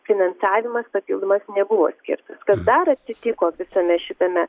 finansavimas papildomas nebuvo skirtas kas dar atsitiko visame šitame